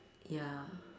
ya